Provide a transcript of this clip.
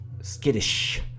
skittish